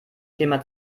thema